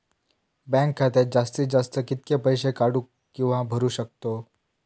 Bank खात्यात जास्तीत जास्त कितके पैसे काढू किव्हा भरू शकतो?